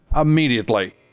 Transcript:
immediately